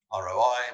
ROI